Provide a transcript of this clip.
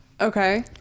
okay